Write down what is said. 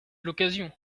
l’occasion